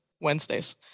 Wednesdays